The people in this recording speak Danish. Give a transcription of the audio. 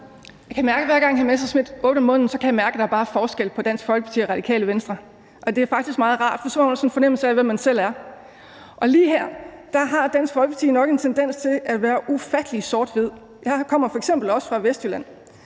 Olldag (RV): Hver gang hr. Morten Messerschmidt åbner munden, kan jeg mærke, at der bare er forskel på Dansk Folkeparti og Radikale Venstre, og det er faktisk meget rart, for så får man sådan en fornemmelse af, hvem man selv er. Og lige her har Dansk Folkeparti nok en tendens til at være ufattelig sort-hvid. Jeg kommer f.eks. fra Vestjylland,